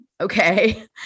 Okay